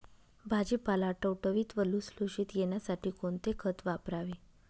भाजीपाला टवटवीत व लुसलुशीत येण्यासाठी कोणते खत वापरावे?